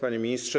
Panie Ministrze!